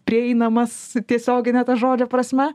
prieinamas tiesiogine to žodžio prasme